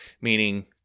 meaning